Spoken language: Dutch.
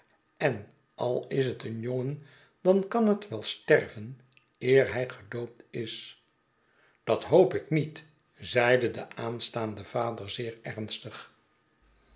en al is het een jongen dan kan het wel sterven eer hij gedoopt is dat hoop ik niet zeide de aanstaande vader zeer ernstig